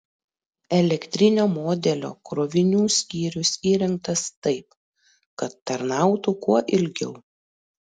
elektrinio modelio krovinių skyrius įrengtas taip kad tarnautų kuo ilgiau